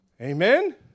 Amen